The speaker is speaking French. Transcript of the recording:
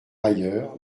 ailleurs